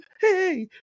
hey